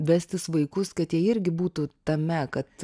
vestis vaikus kad jie irgi būtų tame kad